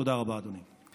תודה רבה, אדוני.